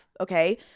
okay